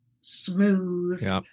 smooth